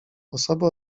osoby